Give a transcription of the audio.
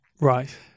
Right